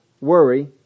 worry